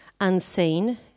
unseen